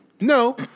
No